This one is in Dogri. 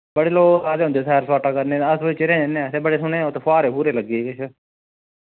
बड़े लोक आए दे होंदे सैर सपाटा करने तै अस कोई चिरै ज'न्ने इत्थै बड़े सोह्ने उत्त फुहारे फहूरे लग्गे किश